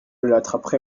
l’attraperai